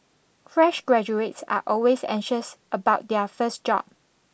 fresh graduates are always anxious about their first job